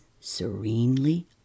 serenely